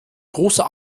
großer